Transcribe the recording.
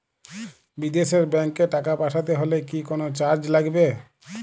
বিদেশের ব্যাংক এ টাকা পাঠাতে হলে কি কোনো চার্জ লাগবে?